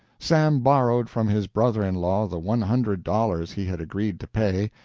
sam borrowed from his brother-in-law the one hundred dollars he had agreed to pay,